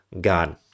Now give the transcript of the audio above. God